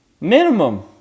Minimum